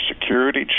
security